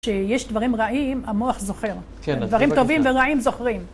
כשיש דברים רעים המוח זוכר, דברים טובים ורעים זוכרים.